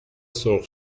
سرخ